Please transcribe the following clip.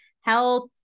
health